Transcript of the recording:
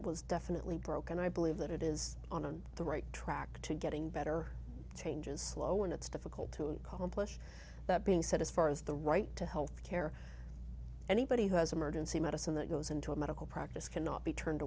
was definitely broken i believe that it is on the right track to getting better change is slow and it's difficult to accomplish that being said as far as the right to health care anybody who has emergency medicine that goes into a medical practice cannot be turned